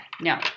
No